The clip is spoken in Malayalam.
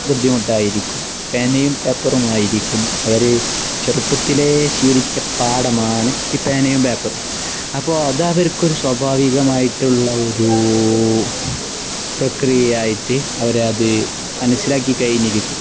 ബുദ്ധിമുട്ടായിരിക്കും പേനയും പേപ്പറുമായിരിക്കും അവര് ചെറുപ്പത്തിലേ ശീലിച്ച പാഠമാണ് ഈ പേനയും പേപ്പറും അപ്പോള് അതവർക്കൊരു സ്വാഭാവികമായിട്ടുള്ള ഒരു പ്രക്രിയയായിട്ട് അവരതു മനസ്സിലാക്കിക്കഴിഞ്ഞിരിക്കും